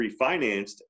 refinanced